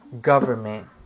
government